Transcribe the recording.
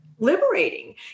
liberating